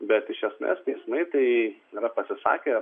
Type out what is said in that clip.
bet iš esmės teismai tai yra pasisakę ir